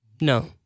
No